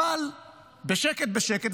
אבל בשקט בשקט,